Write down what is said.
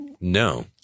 No